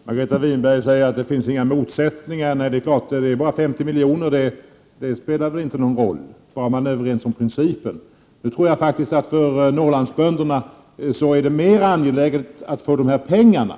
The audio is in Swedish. Herr talman! Margareta Winberg säger att det inte finns några motsättningar. Nej — det är klart, det gäller ju ”bara” 50 miljoner, så det spelar väl inte någon roll, bara man är överens om principen. Men för Norrlandsbönderna tror jag att det är mer angeläget att få de här pengarna